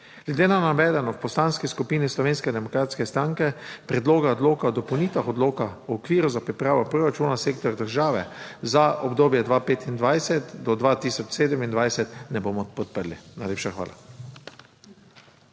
Glede na navedeno v Poslanski skupini Slovenske demokratske stranke Predloga odloka o dopolnitvah Odloka o okviru za pripravo proračuna sektorja države za obdobje 2025-2027 ne bomo podprli. Najlepša hvala.